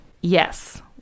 Yes